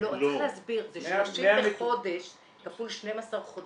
זה 30 בחודש כפול 12 חודשים.